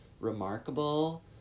Remarkable